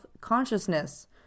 consciousness